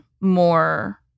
more